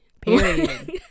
Period